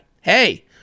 Hey